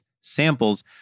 samples